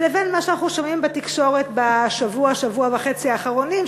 ובין מה שאנחנו שומעים בתקשורת בשבוע שבוע-וחצי האחרונים,